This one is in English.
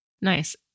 Nice